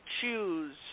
choose